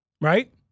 right